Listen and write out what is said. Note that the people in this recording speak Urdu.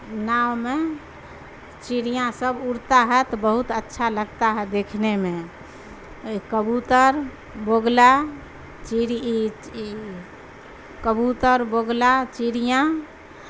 ناؤ میں چڑیاں سب اڑتا ہے تو بہت اچھا لگتا ہے دیکھنے میں کبوتر بگلا چڑی کبوتر بگلا چڑیاں